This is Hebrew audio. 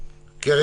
ככה?